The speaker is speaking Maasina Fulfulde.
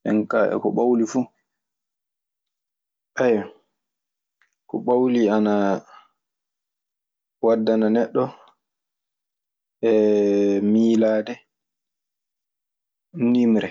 Nden kaa e ɓawli fuu. Ko ɓawli ana waddana neɗɗo miilaade nimre.